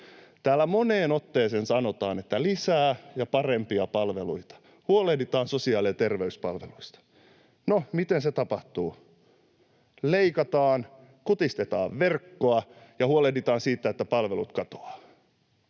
Täällä moneen otteeseen sanotaan, että lisää ja parempia palveluita, huolehditaan sosiaali- ja terveyspalveluista. No, miten se tapahtuu? Leikataan, kutistetaan verkkoa ja huolehditaan siitä, että palvelut katoavat.